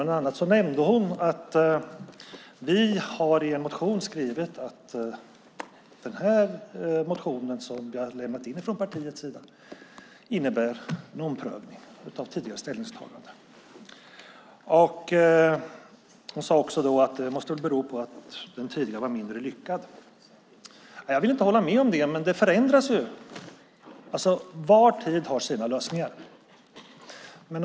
Bland annat nämnde hon att vi skrivit en motion som innebär en omprövning av tidigare ställningstagande. Hon sade också att det måste bero på att det tidigare var mindre lyckat. Jag vill inte hålla med om det. Men saker förändras. Var tid har sina lösningar.